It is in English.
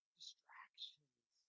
distractions